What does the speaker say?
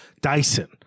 Dyson